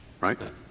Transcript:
right